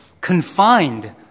confined